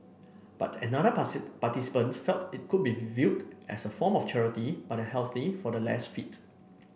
but another participant felt it could be viewed as a form of charity by the healthy for the less fit